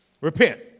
Repent